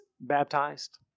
baptized